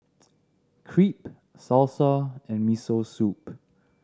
Crepe Salsa and Miso Soup